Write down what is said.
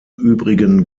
übrigen